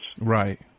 Right